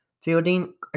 Fielding